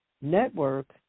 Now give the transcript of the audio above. network